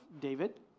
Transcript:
David